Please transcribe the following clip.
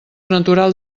natural